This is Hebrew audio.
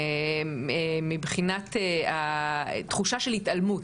מבחינת תחושה של התעלמות,